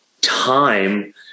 time